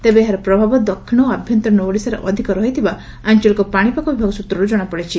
ତେବେ ଏହାର ପ୍ରଭାବ ଦକ୍ଷିଣ ଓ ଆଭ୍ୟନ୍ତରୀଣ ଓଡ଼ିଶାରେ ଅଧିକ ରହିଥିବା ଆଞ୍ଚଳିକ ପାଶିପାଗ ବିଭାଗ ସ୍ରତ୍ରରୁ ଜଣାପଡ଼ିଛି